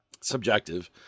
subjective